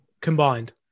Combined